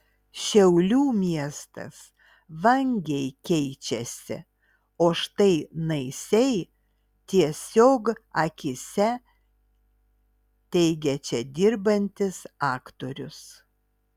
šiaulių miestas vangiai keičiasi o štai naisiai tiesiog akyse teigia čia dirbantis aktorius